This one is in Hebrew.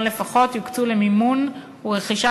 מיליון ש"ח לפחות יוקצו למימון ורכישה